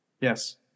Yes